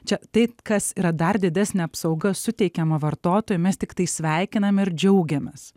čia tai kas yra dar didesnė apsauga suteikiama vartotojui mes tiktai sveikiname ir džiaugiamės